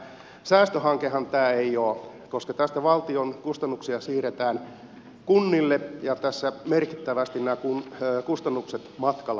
säästöhankehan tämä ei ole koska tässä valtion kustannuksia siirretään kunnille ja nämä kustannukset nousevat matkalla merkittävästi